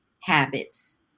habits